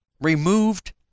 removed